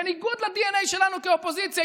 בניגוד לדנ"א שלנו כאופוזיציה,